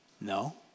No